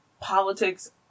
politics